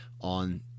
on –